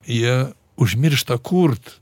jie užmiršta kurt